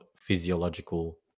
physiological